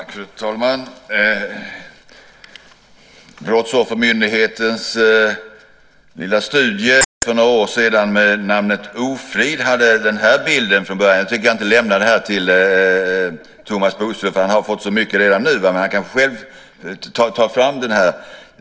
Fru talman! Brottsoffermyndighetens lilla studie för några år sedan med namnet Ofrid? använde den bild jag visar upp här. Jag tänker inte lämna det här till Thomas Bodström, för han har fått så mycket redan nu, men han kan själv ta fram den här.